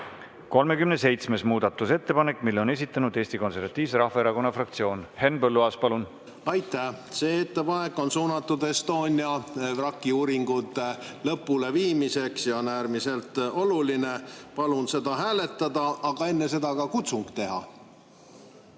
37. muudatusettepanek. Selle on esitanud Eesti Konservatiivse Rahvaerakonna fraktsioon. Henn Põlluaas, palun! Aitäh! See ettepanek on suunatud Estonia vraki uuringute lõpuleviimisele ja on äärmiselt oluline. Palun seda hääletada, aga enne seda ka kutsung teha.